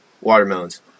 Watermelons